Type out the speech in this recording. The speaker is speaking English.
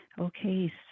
Okay